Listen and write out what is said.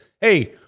hey